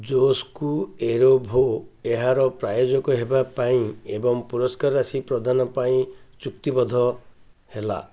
ଜୋସ୍ Cuervo ଏହାର ପ୍ରାୟୋଜକ ହେବାପାଇଁ ଏବଂ ପୁରସ୍କାର ରାଶି ପ୍ରଦାନ ପାଇଁ ଚୁକ୍ତିବଦ୍ଧ ହେଲେ